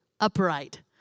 upright